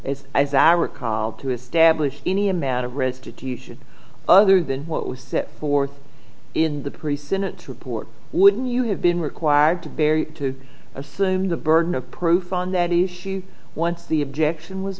is as i recall to establish any amount of restitution other than what was set forth in the precint report would you have been required to bear to assume the burden of proof on that issue once the objection was